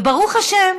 וברוך השם,